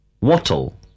wattle